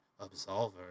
absolver